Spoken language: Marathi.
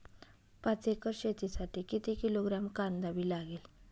पाच एकर शेतासाठी किती किलोग्रॅम कांदा बी लागेल?